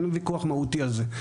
אין ויכוח מהותי על זה,